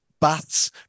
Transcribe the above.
Baths